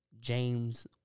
James